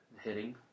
Hitting